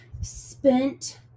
spent